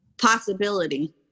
possibility